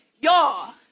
Y'all